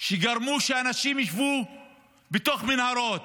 שגרמו שאנשים ישבו בתוך מנהרות,